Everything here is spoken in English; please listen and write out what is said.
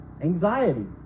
anxiety